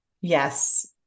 Yes